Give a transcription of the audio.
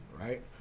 right